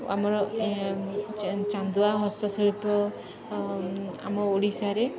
ଆମର ଚାନ୍ଦୁଆ ହସ୍ତଶିଳ୍ପ ଆମ ଓଡ଼ିଶାରେ